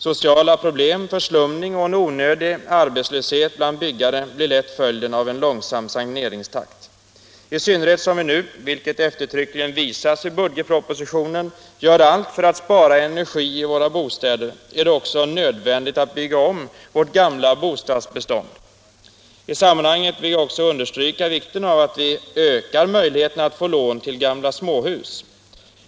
Sociala problem, förslumning och en onödig arbetslöshet bland byggare blir lätt följden av en långsam saneringstakt; i synnerhet som vi nu — vilket eftertryckligen visas i budgetpropositionen — gör allt för att spara energi i våra bostäder är det också nödvändigt att bygga om vårt gamla bostadsbestånd. I det sammanhanget vill jag understryka vikten av att vi också ökar debatt möjligheterna att få lån till gamla småhus.